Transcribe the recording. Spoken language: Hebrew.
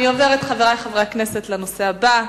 חברי חברי הכנסת, אני עוברת לנושא הבא.